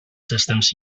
systems